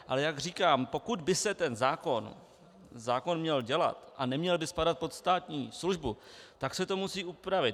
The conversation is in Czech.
Ale jak říkám, pokud by se ten zákon měl dělat a neměl by spadat pod státní službu, tak se to musí upravit.